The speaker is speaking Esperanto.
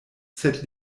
sed